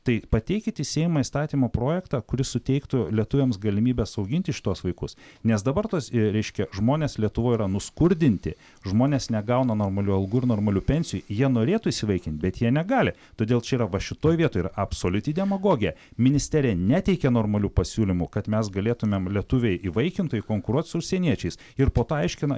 tai pateikit į seimą įstatymo projektą kuris suteiktų lietuviams galimybes auginti šituos vaikus nes dabar tos reiškia žmonės lietuvoj yra nuskurdinti žmonės negauna normalių algų ir normalių pensijų jie norėtų įsivaikint bet jie negali todėl čia yra va šitoj vietoj yra absoliuti demagogija ministerija neteikia normalių pasiūlymų kad mes galėtumėm lietuviai įvaikintojai konkuruot su užsieniečiais ir po to aiškina